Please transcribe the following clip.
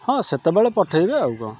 ହଁ ସେତେବେଳେ ପଠାଇବେ ଆଉ କ'ଣ